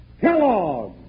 Kellogg